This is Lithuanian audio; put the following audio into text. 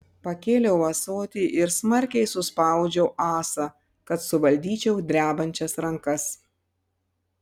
pakėliau ąsotį ir smarkiai suspaudžiau ąsą kad suvaldyčiau drebančias rankas